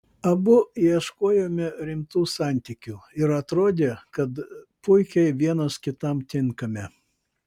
abu ieškojome rimtų santykių ir atrodė kad puikiai vienas kitam tinkame